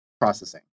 processing